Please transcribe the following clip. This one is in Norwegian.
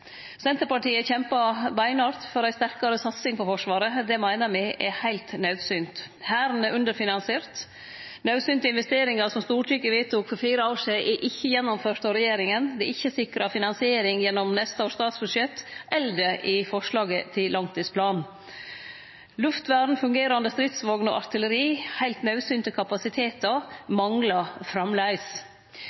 Senterpartiet kjempa beinhardt for ei sterkare satsing på Forsvaret. Det meiner me er heilt naudsynt. Hæren er underfinansiert. Naudsynte investeringar Stortinget vedtok for fire år sidan, er ikkje gjennomførte av regjeringa. Det er ikkje sikra finansiering gjennom neste års statsbudsjett eller i forslaget til langtidsplan. Luftvern, fungerande stridsvogner og artilleri – heilt naudsynte kapasitetar – manglar framleis.